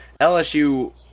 LSU